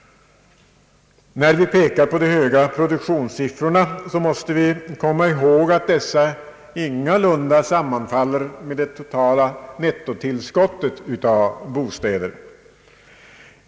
När vi pekar på de höga produktionssiffrorna måste vi komma ihåg att dessa ingalunda sammanfaller med det totala nettotillskottet av bostäder.